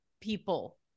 people